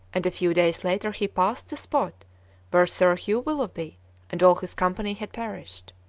and a few days later he passed the spot where sir hugh willoughby and all his company had perished.